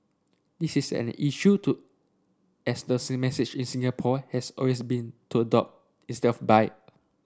this is an issue to as the message in Singapore has always been to adopt instead of buy